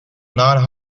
non